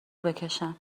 بکشم